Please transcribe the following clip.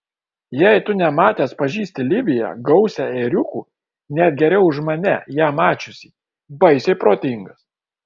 jei tu nematęs pažįsti libiją gausią ėriukų net geriau už mane ją mačiusį baisiai protingas